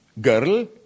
girl